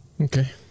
Okay